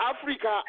Africa